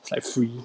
it's like free